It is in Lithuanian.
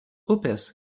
upės